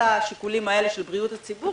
השיקולים האלה של בריאות הציבור,